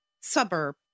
suburb